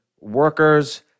workers